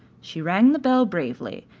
she rang the bell bravely,